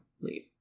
leave